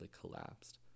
collapsed